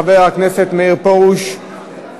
חבר הכנסת מאיר פרוש,